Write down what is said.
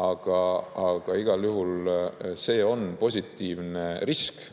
Aga igal juhul see on positiivne risk